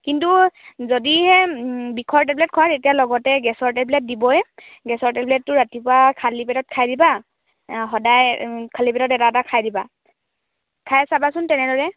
কিন্তু যদিহে বিষৰ টেবলেট খোৱা তেতিয়া লগতে গেছৰ টেবলেট দিবয়েই গেছৰ টেবলেটটো ৰাতিপুৱা খালী পেটত খাই দিবা সদায় খালী পেটত এটা এটা খাই দিবা খাই চাবাচোন তেনেদৰে